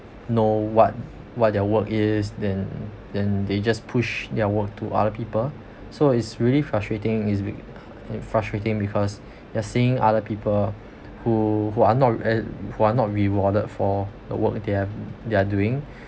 know what what their work is then then they just push their work to other people so it's really frustrating it's been frustrating because you are seeing other people who are not who are not rewarded for the work they're they are doing